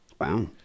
Wow